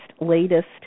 latest